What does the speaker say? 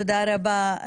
תודה רבה,